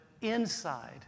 inside